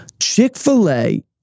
Chick-fil-A